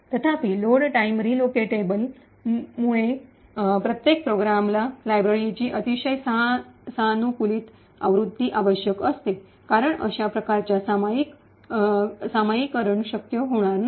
तथापि load time relocatable मुळे प्रत्येक प्रोग्रामला लायब्ररीची अतिशय सानुकूलित आवृत्ती आवश्यक असते कारण अशा प्रकारच्या सामायिकरण शक्य होणार नाही